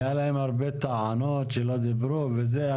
היה להם הרבה טענות שלא דיברו וזה.